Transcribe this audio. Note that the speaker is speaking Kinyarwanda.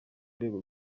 rwego